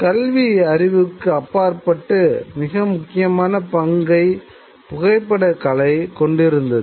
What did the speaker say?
கல்வி அறிவுக்கு அப்பாற்பட்டு மிக முக்கியமான பங்கைப் புகைப்படக் கலை கொண்டிருந்தது